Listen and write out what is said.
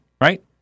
right